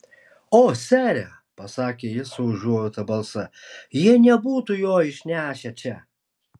o sere pasakė ji su užuojauta balse jie nebūtų jo išnešę čia